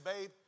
babe